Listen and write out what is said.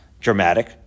dramatic